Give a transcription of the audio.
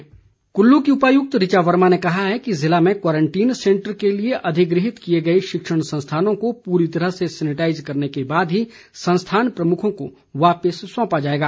DC Kullu Kullu की उपायुक्त ऋचा वर्मा ने कहा है कि जिले में क्वारंटीन सैंटर के लिए अधिगृहित किए गए शिक्षण संस्थानों को पूरी तरह सैनिटाइज़ करने के बाद ही संस्थान प्रमुखों को वापिस सौंपा जाएगा